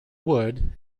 wood